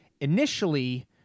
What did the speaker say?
initially